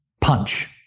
punch